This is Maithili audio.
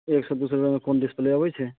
एक सए दू सए रूपैआ मे कोन डिसप्ले अबैत छै